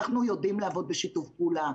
אנחנו יודעים לעבוד בשיתוף פעולה.